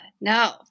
no